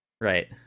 Right